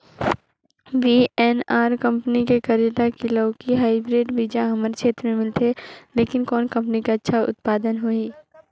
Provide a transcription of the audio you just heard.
VNR company के करेला की लौकी हाईब्रिड बीजा हमर क्षेत्र मे मिलथे, लेकिन कौन कंपनी के अच्छा उत्पादन होही?